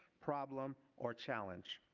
problem or challenge.